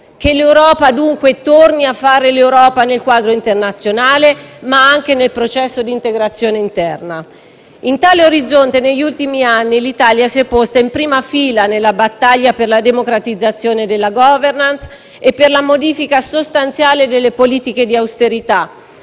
Che l'Europa, dunque, torni a fare l'Europa nel quadro internazionale, ma anche nel processo di integrazione interna. In tale orizzonte, negli ultimi anni l'Italia si è posta in prima fila nella battaglia per la democratizzazione della *governance* e per la modifica sostanziale delle politiche di austerità,